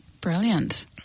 Brilliant